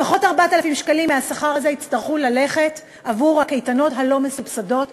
לפחות 4,000 שקלים מהשכר הזה יצטרכו ללכת עבור הקייטנות הלא-מסובסדות,